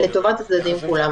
לטובת הצדדים כולם.